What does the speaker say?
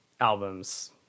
albums